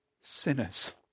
sinners